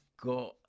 got